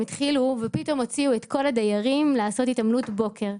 הם הוציאו את כל הדיירים לעשות התעמלות בוקר,